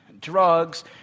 drugs